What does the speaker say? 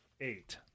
Eight